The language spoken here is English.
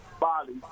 body